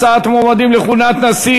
הצעת מועמדים לכהונת נשיא)